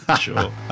Sure